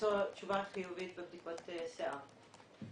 למצוא תשובה חיובית בבדיקות שיער,